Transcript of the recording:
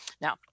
Now